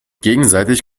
gegenseitig